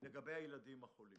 לגבי הילדים החולים